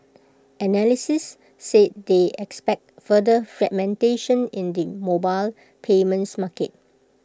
analysts said they expect further fragmentation in the mobile payments market